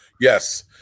Yes